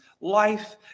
life